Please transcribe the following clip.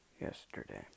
yesterday